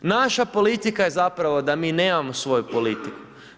Naša politika je zapravo da mi nemamo svoju politika.